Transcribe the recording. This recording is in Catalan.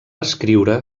escriure